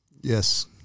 Yes